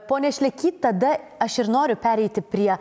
pone šleky tada aš ir noriu pereiti prie